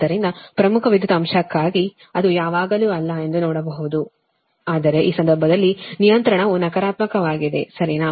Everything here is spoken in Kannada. ಆದ್ದರಿಂದ ಪ್ರಮುಖ ವಿದ್ಯುತ್ ಅಂಶಕ್ಕಾಗಿ ಅದು ಯಾವಾಗಲೂ ಅಲ್ಲ ಎಂದು ನೋಡಬಹುದು ಆದರೆ ಈ ಸಂದರ್ಭದಲ್ಲಿ ನಿಯಂತ್ರಣವು ನಕಾರಾತ್ಮಕವಾಗಿದೆ ಸರಿನಾ